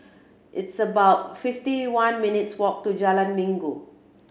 it's about fifty one minutes' walk to Jalan Minggu